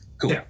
Cool